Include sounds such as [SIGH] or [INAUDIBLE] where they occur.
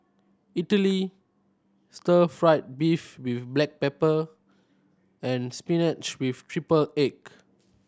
[UNINTELLIGIBLE] stir fried beef with black pepper and spinach with triple egg